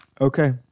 Okay